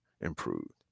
improved